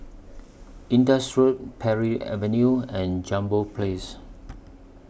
Indus Road Parry Avenue and Jambol Place